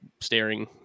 staring